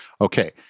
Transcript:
Okay